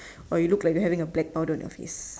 while you look like you having a blackout on your feet